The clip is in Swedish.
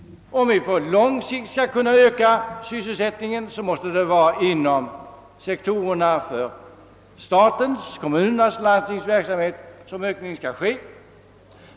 Om vi på lång sikt skall kunna öka sysselsättningen, måste detta ske inom statens, kommunernas och landstingens verksamhetsområden.